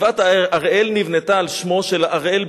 גבעת-הראל נבנתה על שמו של הראל בן-נון,